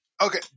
Okay